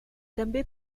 també